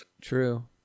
True